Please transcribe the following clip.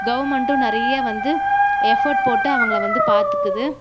கவர்மெண்ட்டும் நிறைய வந்து எஃபோர்ட் போட்டு அவங்கள வந்து பார்த்துக்குது